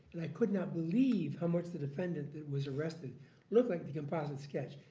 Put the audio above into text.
and i could not believe how much the defendant that was arrested looked like the composite sketch.